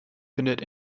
findet